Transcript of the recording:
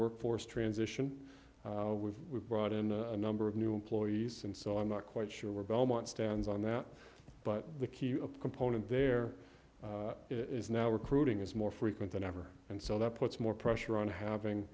workforce transition we brought in a number of new employees and so i'm not quite sure where belmont stands on that but the key component there is now recruiting is more frequent than ever and so that puts more pressure on having